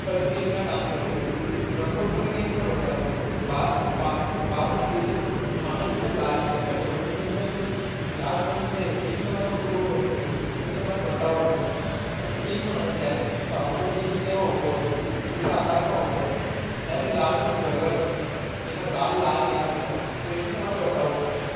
colour કેવી રીતના કામ કરે છે રંગો તમે કેવી રીતના બતાવશો બહાર બહારથી જોઈએ તો માણસ ભલે લાલ નહીં દેખાતો પણ અંદર જે લાલ રંગ છે એ બી તમારે પૂરવો પડશે એ બી તમારે બતાવો પડશે અને એ જ માણસ જ્યારે કોઈ બીજી જગ્યામાં ઉભો હશે ખુલ્લા આકાશમાં ઉભો હશે ત્યારે લાલ રંગ જળવાઈ છે એના ગાલ લાલ દેખાશે તમને તો એ બી તમારે બતાવવું પડશે